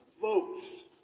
votes